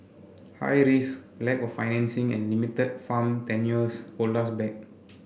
high risk lack of financing and limited farm tenures hold us back